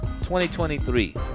2023